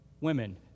Women